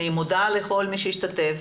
אני מודה לכל מי שהשתתף,